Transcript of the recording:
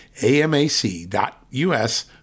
amac.us